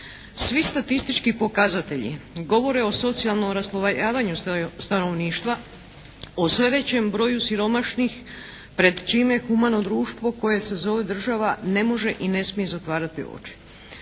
Svi statistički pokazatelji govore o socijalnom raslojavanju stanovništva, o sve većem broju siromašnih, pred čim je humano društvo koje se zove država ne može i ne smije zatvarati oči.